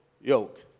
yoke